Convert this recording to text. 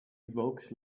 evokes